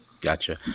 Gotcha